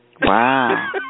Wow